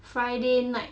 friday night